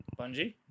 Bungie